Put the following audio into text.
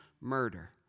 murder